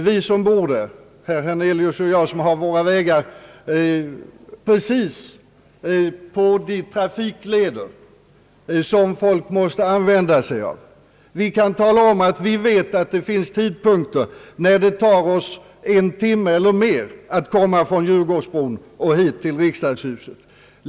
Vi som bor där — herr Hernelius och jag som har våra vägar precis på de trafikleder som folk måste använda sig av — kan tala om att det finns tider på dygnet när det tar oss en timme eller mer att komma från Djurgårdsbron och hit till riksdagshuset.